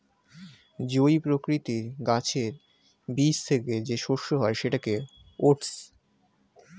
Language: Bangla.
জই প্রকৃতির গাছের বীজ থেকে যে শস্য হয় সেটাকে ওটস